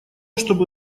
чтобы